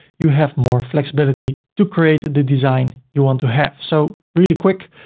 you have more flexibility to create the design you want to have. so really quick,